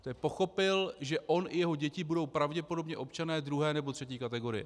Protože pochopil, že on i jeho děti budou pravděpodobně občané druhé nebo třetí kategorie.